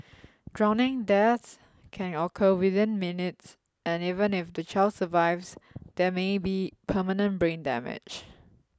drowning deaths can occur within minutes and even if the child survives there may be permanent brain damage